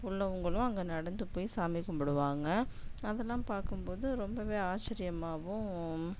உள்ளவங்களும் அங்கே நடந்து போய் சாமி கும்பிடுவாங்க அதெல்லாம் பார்க்கும்போது ரொம்பவே ஆச்சிரியமாகவும்